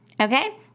okay